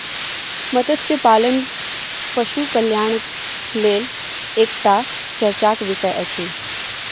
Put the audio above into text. मत्स्य पालन पशु कल्याणक लेल एकटा चर्चाक विषय अछि